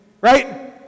right